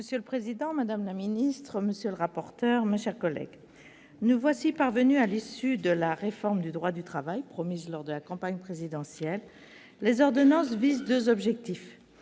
Monsieur le président, madame la ministre, monsieur le rapporteur, mes chers collègues, nous voilà parvenus à l'issue de la réforme du droit du travail promise lors de la campagne présidentielle. Les ordonnances visent deux objectifs